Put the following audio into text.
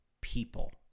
people